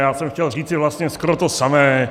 Já jsem chtěl říci vlastně skoro to samé.